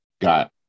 got